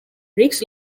rix